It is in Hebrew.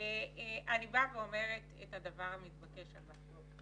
באה ואומרת את הדבר המתבקש הבא.